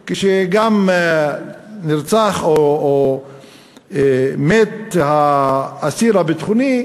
גם כשנרצח או מת אסיר ביטחוני?